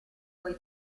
suoi